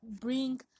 bring